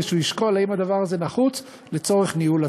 והוא ישקול אם הדבר הזה נחוץ לצורך ניהול התיק.